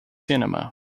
cinema